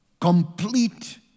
Complete